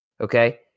okay